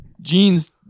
jeans